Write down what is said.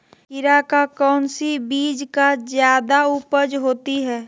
खीरा का कौन सी बीज का जयादा उपज होती है?